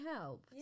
help